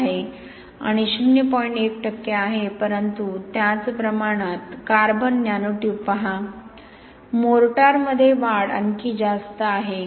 1 टक्के आहे परंतु त्याच प्रमाणात कार्बन नॅनो ट्यूब पहा मोर्टारमध्ये वाढ आणखी जास्त आहे